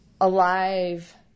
alive